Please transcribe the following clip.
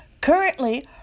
Currently